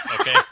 okay